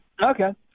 Okay